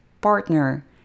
partner